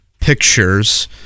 pictures